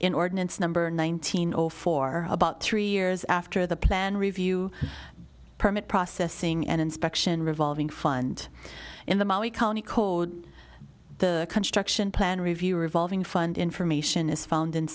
in ordinance number nineteen all for about three years after the plan review permit processing and inspection revolving fund in the economy code the construction plan review revolving fund information is found in